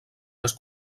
les